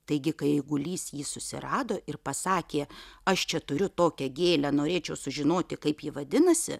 taigi kai eigulys jį susirado ir pasakė aš čia turiu tokią gėlę norėčiau sužinoti kaip ji vadinasi